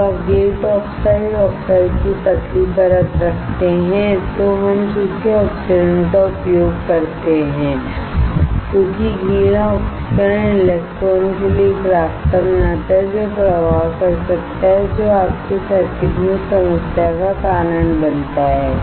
जब आप gate oxide oxide की पतली परत रखते हैं तो हम सूखे ऑक्सीकरण का उपयोग करते हैं क्योंकि गीला ऑक्सीकरण इलेक्ट्रॉन के लिए एक रास्ता बनाता है जो प्रवाह कर सकता है जो आपके सर्किट में समस्या का कारण बनता है